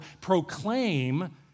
proclaim